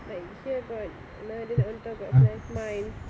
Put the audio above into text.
like here got another on top got another line